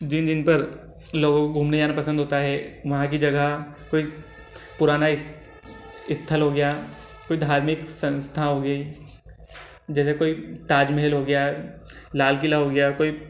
जिन जिन पर लोगों को घूमने जाना पसंद होता है वहाँ की जगह कोई पुराना स्थल हो गया कोई धार्मिक संस्था हो गई जैसे कोई ताजमहल हो गया लाल किला हो गया कोई